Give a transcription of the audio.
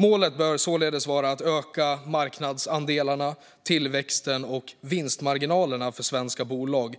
Målet bör således vara att öka marknadsandelarna, tillväxten och vinstmarginalerna för svenska bolag,